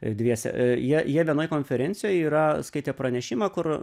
dviese jie jie vienoj konferencijoj yra skaitę pranešimą kur